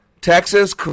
Texas